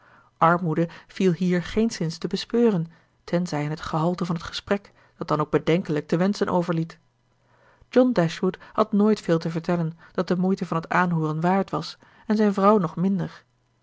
armoede viel hier geenszins te bespeuren tenzij in het gehalte van het gesprek dat dan ook bedenkelijk te wenschen overliet john dashwood had nooit veel te vertellen dat de moeite van het aanhooren waard was en zijn vrouw nog minder